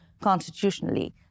constitutionally